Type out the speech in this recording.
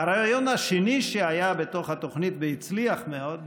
והרעיון השני שהיה בתוך התוכנית והצליח מאוד,